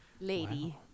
lady